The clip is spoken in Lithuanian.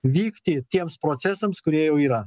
vykti tiems procesams kurie jau yra